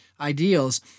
ideals